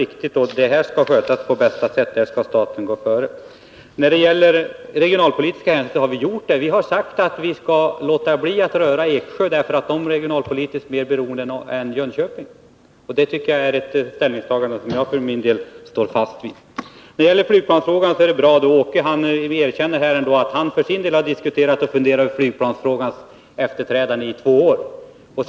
Sådana här saker skall skötas på bästa sätt. Staten skall gå före med gott exempel. Vi har tagit regionalpolitiska hänsyn genom att meddela att det inte skall bli några förändringar i fråga om Eksjö, därför att Eksjö regionalpolitiskt är mera utsatt än Jönköping. Det är ett ställningstagande som jag för min del står fast vid. Åke Gustavsson erkänner att han i två år har diskuterat och även funderat över frågan om en efterträdare till Viggen.